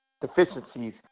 deficiencies